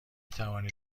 توانید